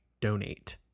donate